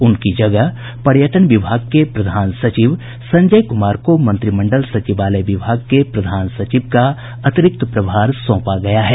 उनकी जगह पर्यटन विभाग के प्रधान सचिव संजय कुमार को मंत्रिमंडल सचिवालय विभाग के प्रधान सचिव का अतिरिक्त प्रभार सौंपा गया है